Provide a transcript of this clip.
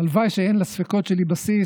הלוואי שאין לספקות שלי בסיס,